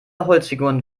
holzfiguren